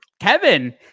Kevin